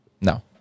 no